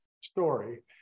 story